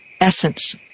essence